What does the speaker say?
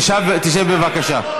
תשב, בבקשה.